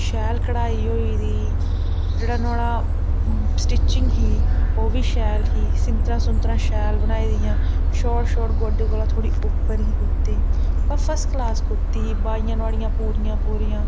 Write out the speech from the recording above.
शैल कड़ाई होई दी जेह्ड़ा नुआढ़ा स्टिचिंग ही ओह् बी शैल ही सींतरा सुंतरा शैल बनाई दियां शाट शाट गोड्डे कोलां थ्होड़ी उप्पर ही कुर्ती मतलब फस्ट क्लास कुर्ती ही बाहियां नुआढ़ियां पूरियां पूरियां